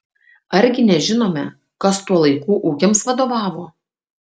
argi nežinome kas tuo laiku ūkiams vadovavo